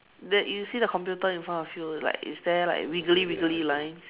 that you see the computer in front of you like is there like wiggly wiggly lines